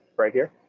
right here?